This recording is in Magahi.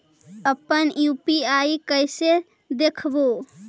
अपन यु.पी.आई कैसे देखबै?